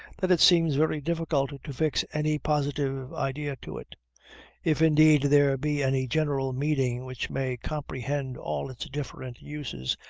that it seems very difficult to fix any positive idea to it if, indeed, there be any general meaning which may comprehend all its different uses,